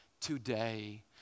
today